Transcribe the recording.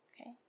okay